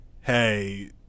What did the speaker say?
hey